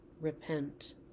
repent